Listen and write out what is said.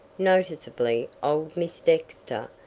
noticeably old miss dexter,